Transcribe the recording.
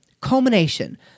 culmination